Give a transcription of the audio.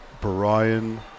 Brian